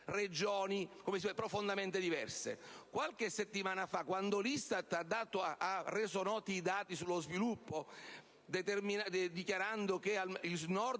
aree profondamente diverse. Qualche settimana fa, quando l'ISTAT ha reso noti i dati sullo sviluppo, dichiarando che il Nord